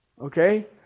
Okay